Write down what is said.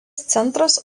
centras